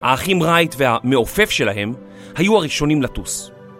האחים רייט והמעופף שלהם היו הראשונים לטוס.